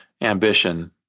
ambition